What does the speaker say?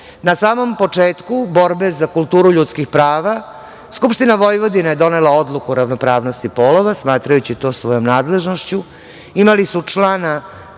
Na samom početku borbe za kulturu ljudskih prava, Skupština Vojvodine je donela odluku o ravnopravnosti polova, smatrajući to svojom nadležnošću.